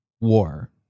war